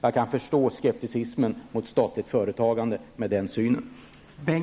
Jag kan förstå skepticismen mot statligt företagande med denna syn.